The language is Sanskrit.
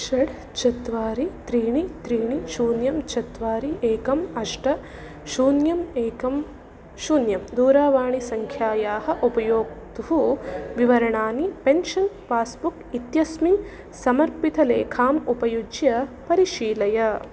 षड् चत्वारि त्रीणि त्रीणि शून्यं चत्वारि एकम् अष्ट शून्यम् एकं शून्यं दूरवाणीसङ्ख्यायाः उपयोक्तुः विवरणानि पेन्शन् पास्बुक् इत्यस्मिन् समर्पितलेखाम् उपयुज्य परिशीलय